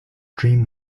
dream